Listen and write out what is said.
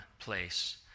place